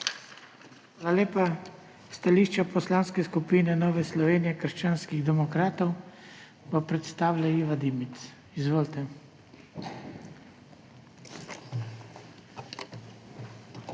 Hvala lepa. Stališče Poslanske skupine Nova Slovenija – krščanski demokrati bo predstavila Iva Dimic. Izvolite. IVA DIMIC